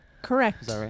Correct